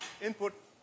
input